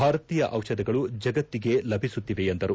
ಭಾರತೀಯ ಔಷಧಗಳು ಜಗತ್ತಿಗೆ ಲಭಿಸುತ್ತಿವೆ ಎಂದರು